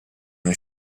nel